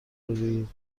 بگویید